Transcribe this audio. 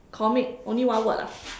comic only one word ah